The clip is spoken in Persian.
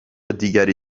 دیگری